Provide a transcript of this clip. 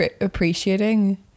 appreciating